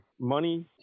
money